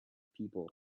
people